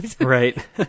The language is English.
Right